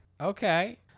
Okay